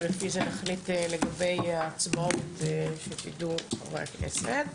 ולפי זה נחליט לגבי ההצבעות של חברי הכנסת.